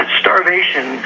starvation